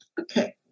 Okay